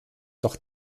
doch